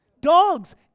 Dogs